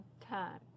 time